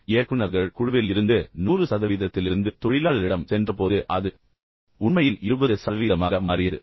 எனவே இயக்குநர்கள் குழுவில் இருந்து 100 சதவீதத்திலிருந்து தொழிலாளரிடம் சென்றபோது அது உண்மையில் 20 சதவீதமாக மாறியது